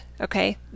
okay